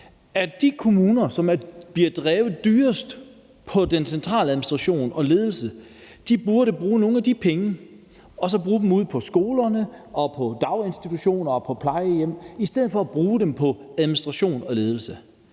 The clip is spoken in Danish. at de kommuner, som bliver drevet dyrest med hensyn til centraladministration og ledelse, burde bruge nogle af de penge ude på skolerne, daginstitutionerne og plejehjemmene i stedet for at bruge dem på administration og ledelse.